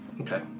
okay